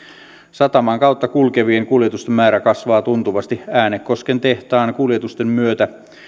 sataman kautta kulkevien kuljetusten määrä kasvaa tuntuvasti äänekosken tehtaan kuljetusten myötä